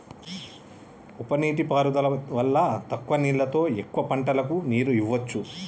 ఉప నీటి పారుదల వల్ల తక్కువ నీళ్లతో ఎక్కువ పంటలకు నీరు ఇవ్వొచ్చు